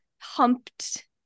humped